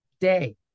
day